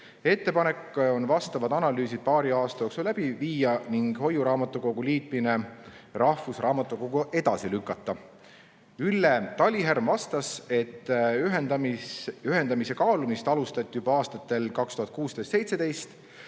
Ettepanek on vastavad analüüsid paari aasta jooksul läbi viia ning hoiuraamatukogu liitmine rahvusraamatukoguga edasi lükata. Ülle Talihärm vastas, et ühendamist hakati kaaluma juba aastatel 2016–2017.